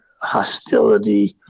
hostility